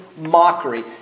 mockery